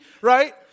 right